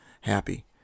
happy